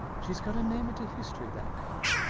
she's got her name into history, that girl.